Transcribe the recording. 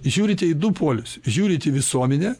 žiūrite į du polius žiūrit į visuomenę